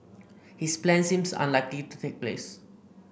his plans seem unlikely to take place